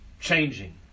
changing